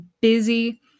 busy